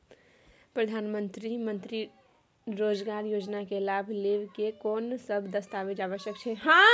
प्रधानमंत्री मंत्री रोजगार योजना के लाभ लेव के कोन सब दस्तावेज आवश्यक छै?